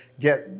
get